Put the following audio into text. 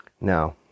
Now